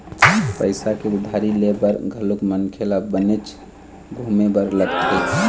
पइसा के उधारी ले बर घलोक मनखे ल बनेच घुमे बर लगथे